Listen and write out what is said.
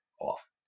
off